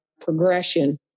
progression